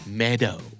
meadow